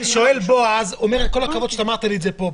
בועז אומר: כל הכבוד שאמרת לי פה,